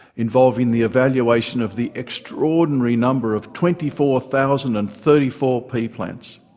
involving the evaluation of the extraordinary number of twenty four thousand and thirty four pea plants.